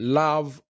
love